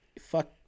Fuck